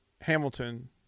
hamilton